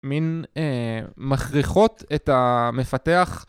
מין מכריחות את המפתח.